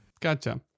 Gotcha